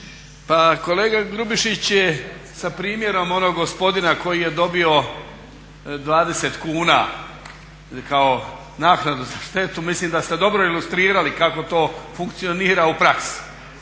Pa kolega Grubišić je sa primjerom onog gospodina koji je dobio 20 kuna kao naknadu za štetu, mislim da ste dobro ilustrirali kako to funkcionira u praksi.